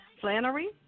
Flannery